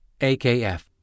AKF